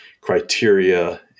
criteria